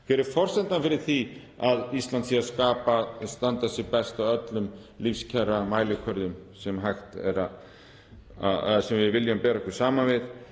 Hver er forsendan fyrir því að Ísland er að standa sig best á öllum lífskjaramælikvörðum landa sem við viljum bera okkur saman við?